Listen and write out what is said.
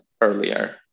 earlier